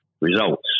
results